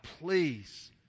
please